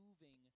moving